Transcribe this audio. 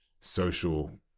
social